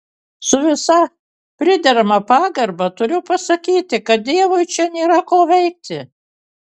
su visa priderama pagarba turiu pasakyti kad dievui čia nėra ko veikti